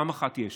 פעם אחת יש,